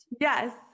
Yes